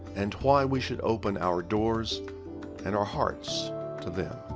and why we should open our doors and our hearts to them.